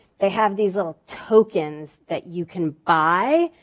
they have these little tokens that you can buy,